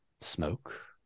smoke